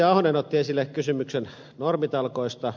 ahonen otti esille kysymyksen normitalkoista